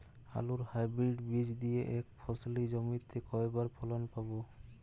আলুর হাইব্রিড বীজ দিয়ে এক ফসলী জমিতে কয়বার ফলন পাব?